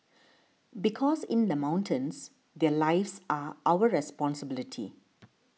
because in the mountains their lives are our responsibility